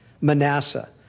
Manasseh